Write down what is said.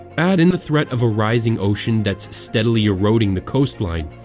add in the threat of a rising ocean that's steadily eroding the coastline,